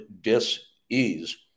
dis-ease